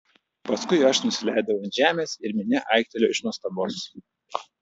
paskui aš nusileidau ant žemės ir minia aiktelėjo iš nuostabos